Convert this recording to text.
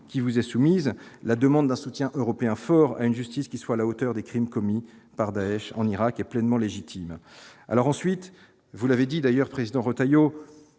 qui vous est soumise la demande d'un soutien européen fort à une justice qui soit à la hauteur des crimes commis par Daech en Irak est pleinement légitime alors ensuite vous l'avez dit d'ailleurs président Retailleau